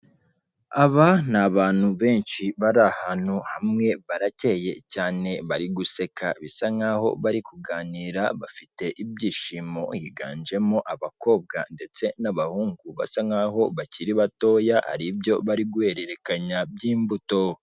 Aba ni abantu benshi bari ahantu hamwe barakeye cyane bari guseka bisa nkaho bari kuganira bafite ibyishimo, higanjemo abakobwa ndetse n'abahungu basa nkaho bakiri batoya, hari ibyo bari guhererekanya by'imbuto.